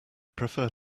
prefer